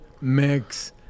mix